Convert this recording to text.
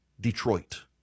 Detroit